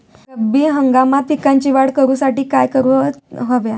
रब्बी हंगामात पिकांची वाढ करूसाठी काय करून हव्या?